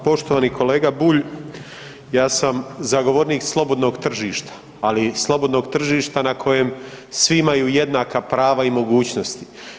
Hvala, Poštovani kolega Bulj, ja sam zagovornik slobodnog tržišta ali slobodnog tržišta na kojem svi imaju jednaka prava i mogućnosti.